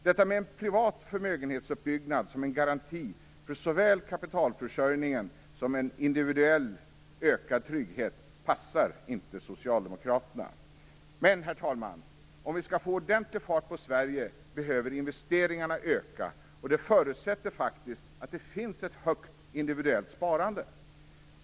Detta med en privat förmögenhetsuppbyggnad som en garanti för såväl kapitalförsörjning som ökad individuell trygghet passar inte Socialdemokraterna. Men, herr talman, om vi skall få ordentlig fart på Sverige behöver investeringarna öka, och det förutsätter faktiskt att det finns ett omfattande individuellt sparande.